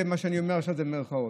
מה שאני אומר עכשיו זה במירכאות.